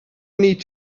need